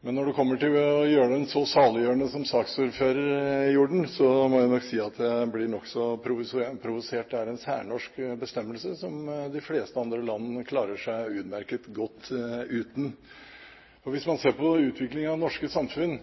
Når man gjør den så saliggjørende som saksordføreren gjorde den, må jeg nok si at jeg blir nokså provosert. Det er en særnorsk bestemmelse, de fleste andre land klarer seg utmerket godt uten. Hvis man ser på utviklingen av det norske samfunn